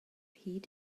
hyd